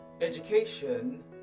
Education